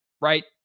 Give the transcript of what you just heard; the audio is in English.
right